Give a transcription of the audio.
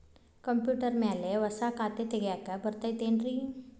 Computer ಮ್ಯಾಲೆ ಹೊಸಾ ಖಾತೆ ತಗ್ಯಾಕ್ ಬರತೈತಿ ಏನ್ರಿ?